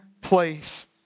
place